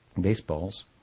baseballs